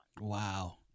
Wow